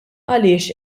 għaliex